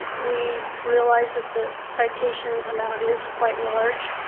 we realize that the citation amount is quite large,